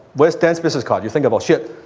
where's dan's business card? you think about ship,